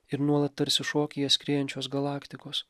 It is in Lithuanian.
ir nuolat tarsi šokyje skriejančios galaktikos